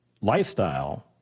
lifestyle